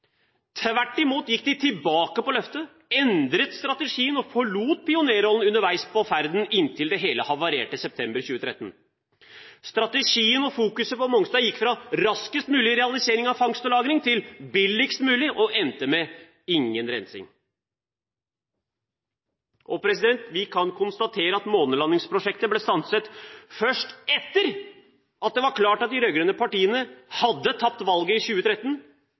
Tvert imot gikk de tilbake på løftet, endret strategien og forlot pionerrollen underveis på ferden, inntil det hele havarerte i september 2013. Strategien og fokuset for Mongstad gikk fra «raskest mulig» realisering av fangst og lagring til «billigst mulig», og endte med «ingen rensing». Og vi kan konstatere at månelandingsprosjektet ble stanset først etter at det var klart at de rød-grønne partiene hadde tapt valget i 2013,